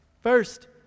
First